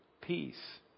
Peace